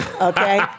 Okay